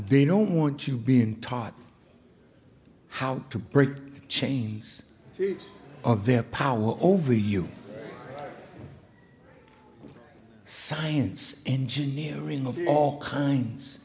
they don't want you being taught how to break the chains of their power over you science engineering of all kinds